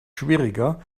schwieriger